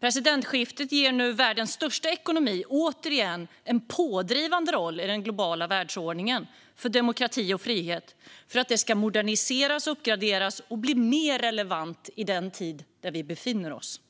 Presidentskiftet ger nu återigen världens största ekonomi en pådrivande roll i den globala världsordningen, för att demokrati och frihet ska moderniseras, uppgraderas och bli mer relevant i den tid där vi befinner oss.